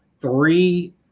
three